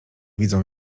widzą